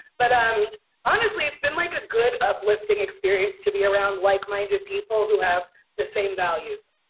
but ah um honestly, it's been, like, a good, uplifting experience to be around like-minded people who have the same values.